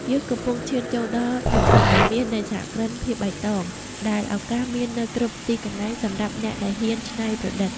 យើងកំពុងឈានចូលដល់ "យុគសម័យមាសនៃសហគ្រិនភាពបៃតង" ដែលឱកាសមាននៅគ្រប់ទីកន្លែងសម្រាប់អ្នកដែលហ៊ានច្នៃប្រឌិត។